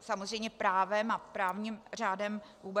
samozřejmě právem a právním řádem vůbec nemluvím.